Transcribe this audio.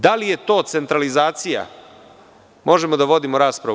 Da li je to centralizacija, možemo da vodimo raspravu.